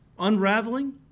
Unraveling